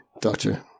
Doctor